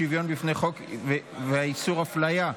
שוויון בפני החוק ואיסור הפליה),